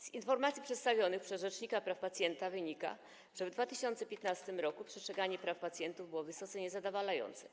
Z informacji przedstawionych przez rzecznika praw pacjenta wynika, że w 2015 r. przestrzeganie praw pacjentów było wysoce niezadowalające.